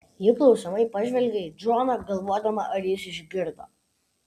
ji klausiamai pažvelgia į džoną galvodama ar jis išgirdo